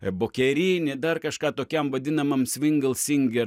ebokerini dar kažką tokiam vadinamam svingal singer